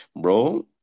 bro